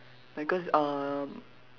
like cause um